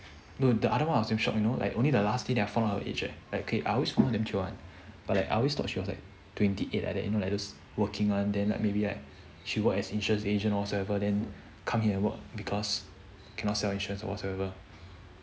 dude the other one I damn so shocked you know like only the last day I found out her age sia like K I always find her damn chio one but like I always thought she was like twenty eight like you know like those working one then maybe like she worked as insurance agent or whatsoever then come here work because cannot sell insurance or whatsoever